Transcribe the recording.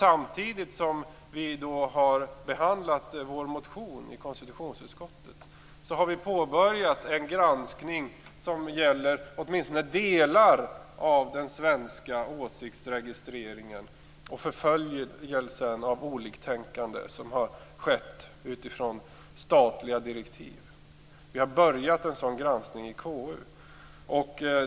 Samtidigt med behandlingen av vår motion i konstitutionsutskottet har vi påbörjat en granskning som gäller åtminstone delar av den svenska åsiktsregistrering och förföljelse av oliktänkande som har skett utifrån statliga direktiv. Vi har börjat en sådan granskning i KU.